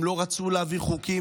הם לא רצו להביא חוקים.